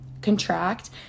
contract